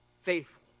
faithful